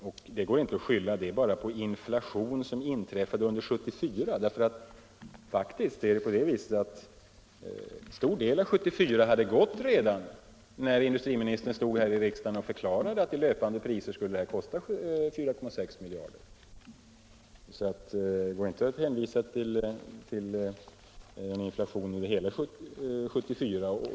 Man kan inte skylla denna ändrade bedömning på den inflation som inträffat under 1974, ty en stor del av 1974 hade faktiskt redan förflutit när industriministern här i riksdagen förklarade att Stålverk 80 i löpande priser skulle kosta 4,6 miljarder. Han kan alltså inte hänvisa till hela den inflation som inträffat under 1974.